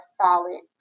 solid